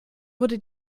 wurde